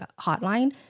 hotline